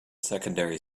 secondary